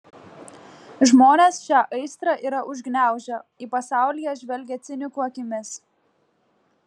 žmonės šią aistrą yra užgniaužę į pasaulį jie žvelgia cinikų akimis